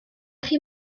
chi